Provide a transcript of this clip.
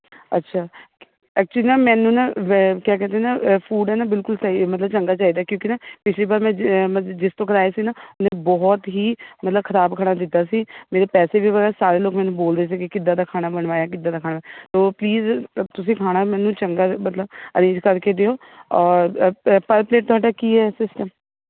ਅੱਛਾ ਐਚੂਅਲੀ ਨਾ ਮੈਨੂੰ ਨਾ ਵ ਕਿਆ ਕਹਿੰਦਾ ਨਾ ਫੂਡ ਨਾ ਬਿਲਕੁਲ ਸਹੀ ਮਤਲਬ ਚੰਗਾ ਚਾਹੀਦਾ ਹੈ ਕਿਉਂਕਿ ਪਿਛਲੀ ਵਾਰ ਮੈਂ ਜਿ ਜਿਸ ਤੋਂ ਕਰਾਇਆ ਸੀ ਨਾ ਉਹਦੇ ਬਹੁਤ ਹੀ ਮਤਲਬ ਖਰਾਬ ਖਾਣਾ ਦਿੱਤਾ ਸੀ ਮੇਰੇ ਪੈਸੇ ਵੀ ਵੇਸ ਅਤੇ ਮੈਨੂੰ ਸਾਰੇ ਲੋਕ ਬੋਲਦੇ ਸੀ ਕਿ ਕਿੱਦਾਂ ਦਾ ਖਾਣਾ ਬਣਵਾਇਆ ਕਿੱਦਾਂ ਦਾ ਖਾਣਾ ਸੋ ਪਲੀਜ਼ ਤੁਸੀਂ ਖਾਣਾ ਮੈਨੂੰ ਚੰਗਾ ਮਤਲਬ ਅਰੇਂਜ ਕਰ ਕੇ ਦਿਓ ਔਰ ਪ ਪਰ ਪਲੇਟ ਤੁਹਾਡਾ ਕੀ ਹੈ ਸਿਸਟਮ